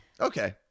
Okay